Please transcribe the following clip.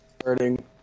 starting